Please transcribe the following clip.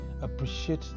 appreciate